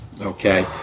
Okay